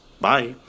Bye